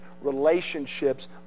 relationships